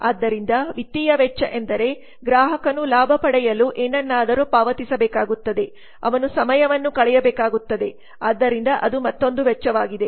ಆದ್ದರಿಂದ ವಿತ್ತೀಯ ವೆಚ್ಚ ಎಂದರೆ ಗ್ರಾಹಕನು ಲಾಭ ಪಡೆಯಲು ಏನನ್ನಾದರೂ ಪಾವತಿಸಬೇಕಾಗುತ್ತದೆ ಅವನು ಸಮಯವನ್ನು ಕಳೆಯಬೇಕಾಗುತ್ತದೆ ಆದ್ದರಿಂದ ಅದು ಮತ್ತೊಂದು ವೆಚ್ಚವಾಗಿದೆ